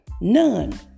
None